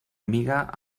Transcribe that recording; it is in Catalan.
amiga